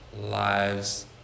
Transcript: lives